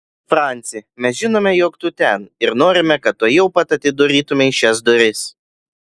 franci mes žinome jog tu ten ir norime kad tuojau pat atidarytumei šias duris